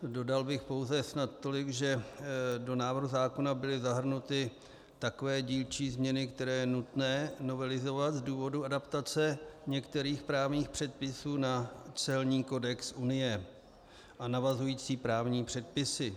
Dodal bych pouze snad tolik, že do návrhu zákona byly zahrnuty takové dílčí změny, které je nutné novelizovat z důvodu adaptace některých právních předpisů na celní kodex Unie a navazující právní předpisy.